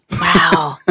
Wow